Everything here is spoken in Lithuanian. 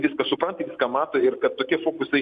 viską supranti viską mato ir kad tokie fokusai